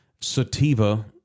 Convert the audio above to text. sativa